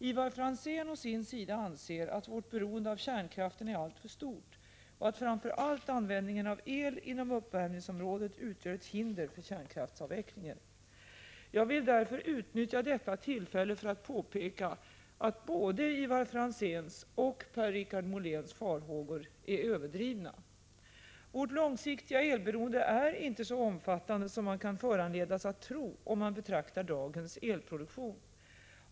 Ivar Franzén å sin sida anser att vårt beroende av kärnkraften är alltför stort och att framför allt användningen av el inom uppvärmningsområdet utgör ett hinder för kärnkraftsavvecklingen. Jag vill därför utnyttja detta tillfälle för att påpeka att både Ivar Franzéns och Per-Richard Moléns farhågor är överdrivna. Vårt långsiktiga elberoende är inte så omfattande som man kan föranledas att tro om man betraktar dagens elproduktion.